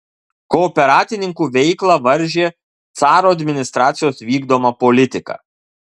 kooperatininkų veiklą varžė caro administracijos vykdoma politika